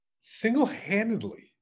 single-handedly